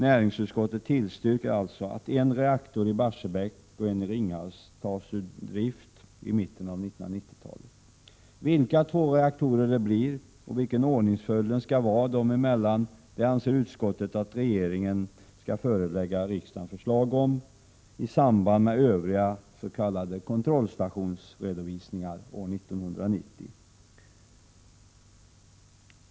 Näringsutskottet tillstyrker att en reaktor i Barsebäck och en i Ringhals tas ur drift i mitten av 1990-talet. Vilka två reaktorer det blir och vilken ordningsföljden skall vara mellan dem anser utskottet att regeringen skall förelägga riksdagen förslag om i samband med övriga s.k. kontrollstationsredovisningar år 1990.